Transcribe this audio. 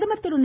பிரதமர் திரு